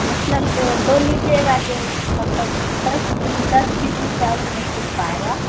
मतलब दो लीजिएगा तो मतलब दस दस बीस रुपये उसमें छूट पाएंगे